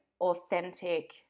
authentic